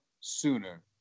sooner